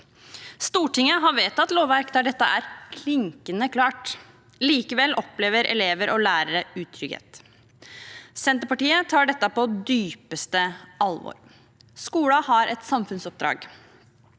Stortinget har vedtatt lovverk der dette er klinkende klart. Likevel opplever elever og lærere utrygghet. Senterpartiet tar dette på dypeste alvor. Skolene har et samfunnsoppdrag.